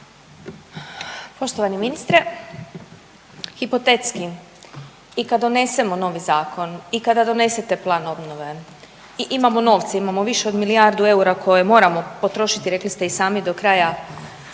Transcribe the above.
Poštovani ministre. Hipotetski i kad donesemo novi zakon i kada donesete plan obnove i imamo novce, imamo više od milijardu eura koje moramo potrošiti rekli ste i sami do kraja